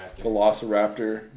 Velociraptor